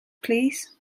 plîs